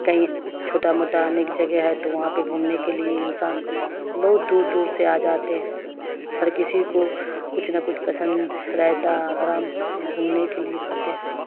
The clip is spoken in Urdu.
کہیں چھوٹا موٹا انیک جگہ ہے تو وہاں پہ گھومنے کے لیے انسان بہت دور دور سے آ جاتے ہیں ہر کسی کو کچھ نہ کچھ پسند رہتا آرام سے گھومنے کے لیے آتے ہیں